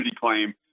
claim